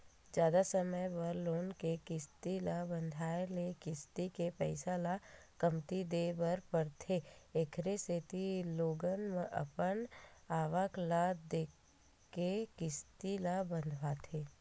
जादा समे बर लोन के किस्ती ल बंधाए ले किस्ती के पइसा ल कमती देय बर परथे एखरे सेती लोगन अपन आवक ल देखके किस्ती ल बंधवाथे